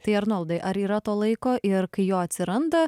tai arnoldai ar yra to laiko ir kai jo atsiranda